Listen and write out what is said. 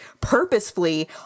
purposefully